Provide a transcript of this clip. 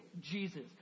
Jesus